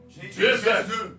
Jesus